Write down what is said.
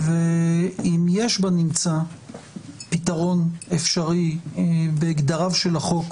ואם יש בנמצא פתרון אפשרי בגדריו של החוק,